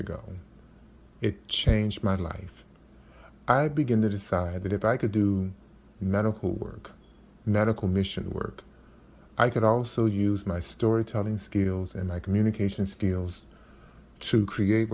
ago it changed my life i begin to decide that if i could do medical work medical mission work i could also use my storytelling skills and i communication skills to create